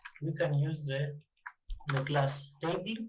we can use the class table.